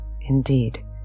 indeed